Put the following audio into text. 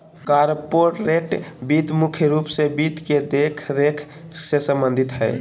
corporate वित्त मुख्य रूप से वित्त के देखरेख से सम्बन्धित हय